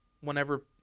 whenever